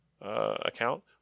account